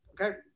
Okay